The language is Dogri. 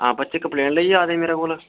हा बच्चे कंप्लेंट लेइयै आए दे मेरे कोल